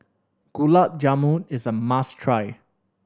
Gulab Jamun is a must try